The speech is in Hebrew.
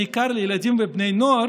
בעיקר לילדים ובני נוער,